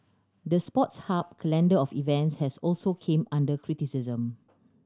the Sports Hub calendar of events has also came under criticism